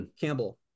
Campbell